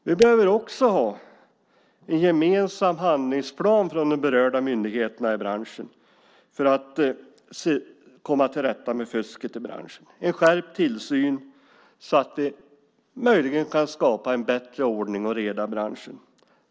Vi behöver också ha en gemensam handlingsplan för de berörda myndigheterna i branschen för att komma till rätta med fusket. Det behövs en skärpt tillsyn så att det möjligen kan skapas bättre ordning och reda i branschen.